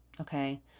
Okay